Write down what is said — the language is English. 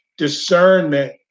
discernment